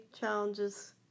challenges